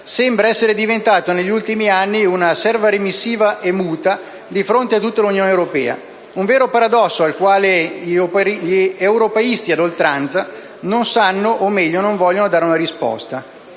sembra essere diventato, negli ultimi anni, una serva remissiva e muta di fronte a tutta l'Unione europea: un vero paradosso al quale i cosiddetti europeisti ad oltranza non sanno, o meglio non vogliono, dare risposta